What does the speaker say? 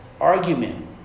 argument